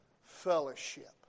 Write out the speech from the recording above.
fellowship